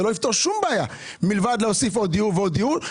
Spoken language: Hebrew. זה לא יפתור שום בעיה מלבד להוסיף עוד דיור ועוד דיור.